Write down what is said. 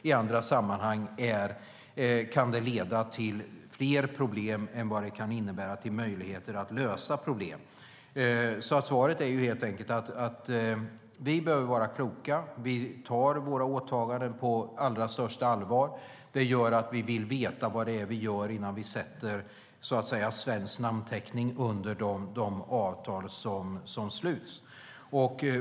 I andra sammanhang kan det leda till fler problem än vad det innebär möjligheter att lösa problem. Svaret är helt enkelt att vi behöver vara kloka, att vi tar våra åtaganden på allra största allvar och att det gör att vi vill veta vad vi gör innan vi sätter svensk namnteckning under de avtal som sluts.